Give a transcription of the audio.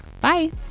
Bye